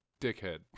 dickhead